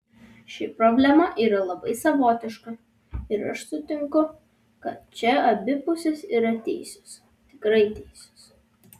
ši problema yra labai savotiška ir aš sutinku kad čia abi pusės yra teisios tikrai teisios